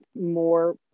more